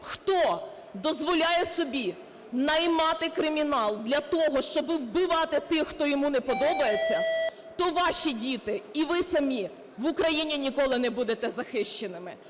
хто дозволяє собі наймати кримінал для того, щоб вбивати тих, хто йому не подобається, то ваші діти і ви самі в Україні ніколи не будете захищеними.